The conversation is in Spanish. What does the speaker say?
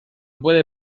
puede